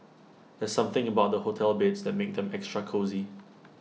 there's something about hotel beds that makes them extra cosy